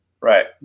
Right